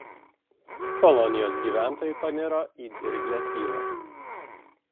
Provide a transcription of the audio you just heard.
kolonijos gyventojai paniro į dirglią tylą